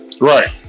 right